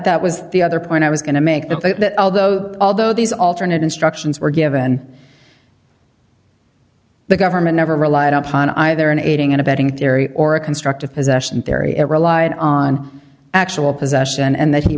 that was the other point i was going to make that although although these alternate instructions were given the government never relied upon either an aiding and abetting terry or a constructive possession terry it relied on actual possession and that he